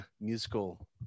musical